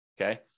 Okay